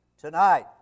tonight